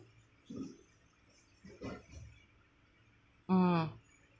mm